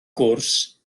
gwrs